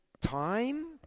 time